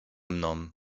mną